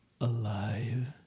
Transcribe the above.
Alive